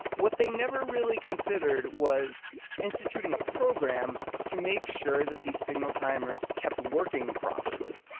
what they never really considered was instituting a program to make sure that these signal timers kept working properly.